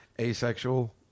asexual